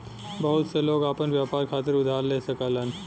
बहुत से लोग आपन व्यापार खातिर उधार ले सकलन